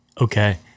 okay